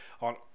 on